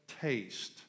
taste